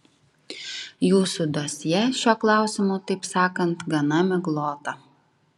jūsų dosjė šiuo klausimu taip sakant gana miglota